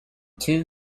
two